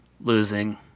losing